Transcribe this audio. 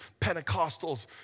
Pentecostals